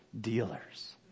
dealers